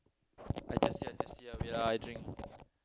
I thirsty I thirsty wait ah I drink